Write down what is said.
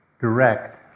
direct